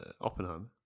Oppenheim